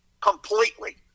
completely